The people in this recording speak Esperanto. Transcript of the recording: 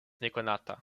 nekonata